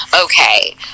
Okay